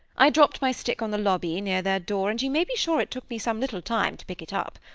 i dropped my stick on the lobby, near their door, and you may be sure it took me some little time to pick it up!